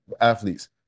athletes